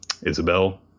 Isabel